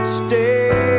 stay